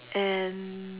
and